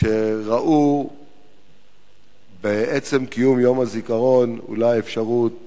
יש אנשים שראו בעצם קיום יום הזיכרון אולי אפשרות